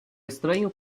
estranho